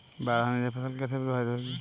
बाढ़ आने से फसल कैसे प्रभावित होगी?